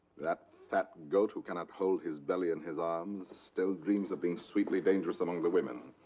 that fat goat who cannot hold his belly in his arms still dreams of being sweetly dangerous among the women.